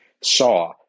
saw